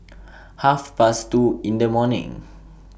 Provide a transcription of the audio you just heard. Half Past two in The morning